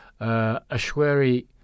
Ashwari